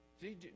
See